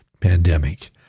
pandemic